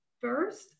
first